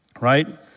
Right